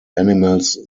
animals